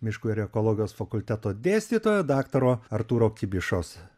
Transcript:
miškų ir ekologijos fakulteto dėstytojo daktaro artūro kibišos